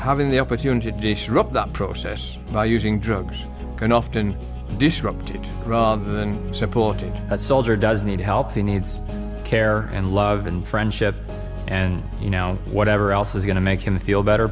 having the opportunity dish wrapped up process by using drugs can often be disrupted rather than supporting a soldier does need help he needs care and love and friendship and you know whatever else is going to make him feel better